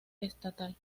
estatal